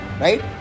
right